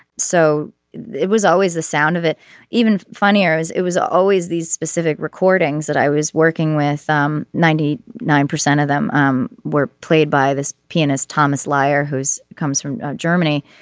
so it was always the sound of it even funnier as it was always these specific recordings that i was working with. um ninety nine percent of them um were played by this pianist thomas liar whose comes from germany.